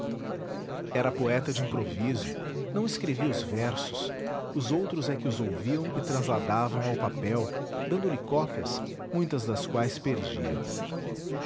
era poeta de improviso não escrevia os versos os outros é que os ouviam e transladavam ao papel dando-lhe cópias muitas das quais perdia